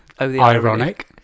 ironic